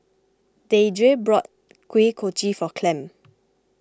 Deidre bought Kuih Kochi for Clem